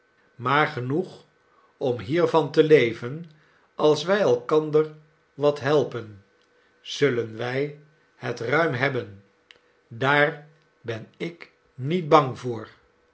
maar genoeg om hiervan te leven als wij elkander wat helpen zullen wij het ruim hebben daar ben ik niet bang voor